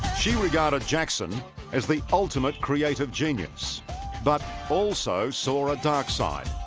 she regarded jackson as the ultimate creative genius but also saw a dark side